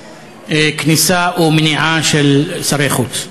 כניסה או מניעה של שרי חוץ?